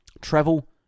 Travel